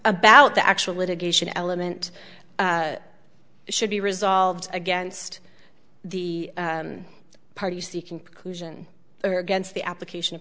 about the actual litigation element should be resolved against the party see conclusion against the application